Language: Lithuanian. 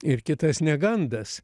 ir kitas negandas